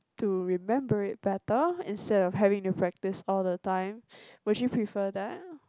to remember it better instead of having to practice all the time would you prefer that